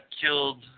killed